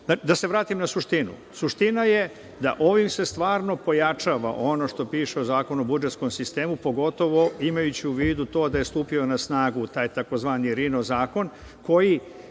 se vratim na suštinu. Suština je da se ovim stvarno pojačava ono što piše o Zakonu o budžetskom sistemu, pogotovo imajući u vidu to da je stupio na snagu taj tzv. RINO zakon,